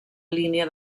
línia